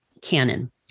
Canon